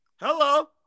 Hello